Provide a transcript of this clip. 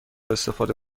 استفاده